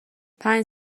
پنج